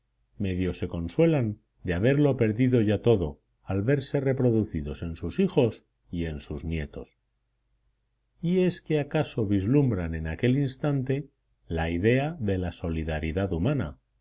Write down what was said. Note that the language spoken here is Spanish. medio se consuelan de haberlo perdido ya todo al verse reproducidos en sus hijos y en sus nietos y es que acaso vislumbran en aquel instante la idea de la solidaridad humana